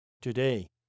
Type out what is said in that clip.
Today